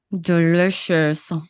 Delicious